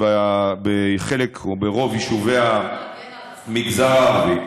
בחלק או ברוב יישובי המגזר הערבי,